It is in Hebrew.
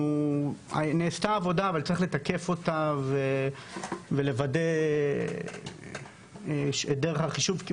נעשתה עבודה אבל צריך לתקף אותה ולוודא את דרך החישוב.